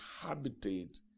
habitate